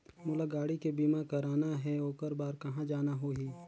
मोला गाड़ी के बीमा कराना हे ओकर बार कहा जाना होही?